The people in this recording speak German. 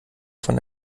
von